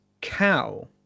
cow